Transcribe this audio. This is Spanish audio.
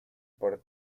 por